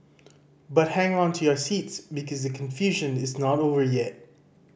but hang on to your seats because the confusion is not over yet